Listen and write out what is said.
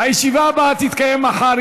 הישיבה הבאה תתקיים מחר,